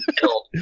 killed